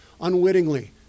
unwittingly